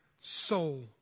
soul